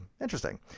Interesting